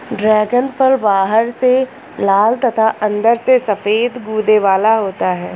dragon फल बाहर से लाल तथा अंदर से सफेद गूदे वाला होता है